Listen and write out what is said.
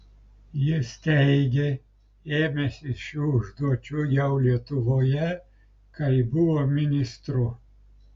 jis teigė ėmęsis šių užduočių jau lietuvoje kai buvo ministru